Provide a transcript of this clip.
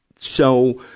so,